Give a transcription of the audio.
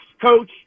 coach